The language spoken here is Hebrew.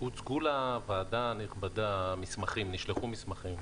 הוצגו לוועדה הנכבדה מסמכים.